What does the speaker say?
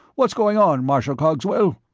what's going on marshal cogswell?